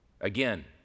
Again